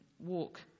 walk